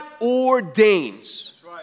ordains